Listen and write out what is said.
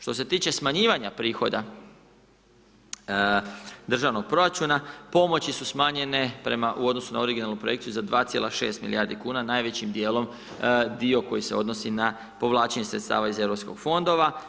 Što se tiče smanjivanja prihoda državnog proračuna pomoći su smanjenje u odnosu na originalnu projekciju za 2,6 milijardi kuna najvećim dijelom dio koji se odnosi na povlačenje sredstava iz europskih fondova.